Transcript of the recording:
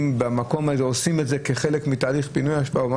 במקום הזה עושים את זה כחלק מתהליך פינוי האשפה.